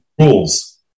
rules